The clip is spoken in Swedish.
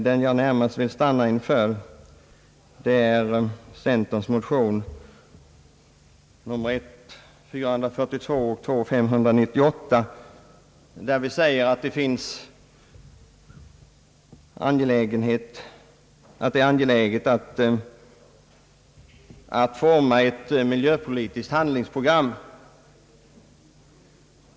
Den jag närmast vill stanna inför är centerns motion nr I: 442 och II: 598, där vi säger att det är angeläget att forma ett miljöpolitiskt handlingsprogram.